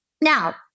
Now